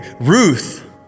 Ruth